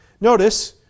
Notice